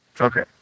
Okay